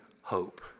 hope